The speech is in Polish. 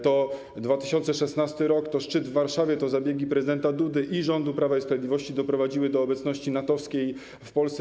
To 2016 r., to szczyt w Warszawie, to zabiegi prezydenta Dudy i rządu Prawa i Sprawiedliwości doprowadziły do obecności NATO-wskiej w Polsce.